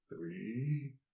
three